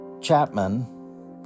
Chapman